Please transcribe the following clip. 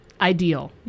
ideal